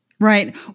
Right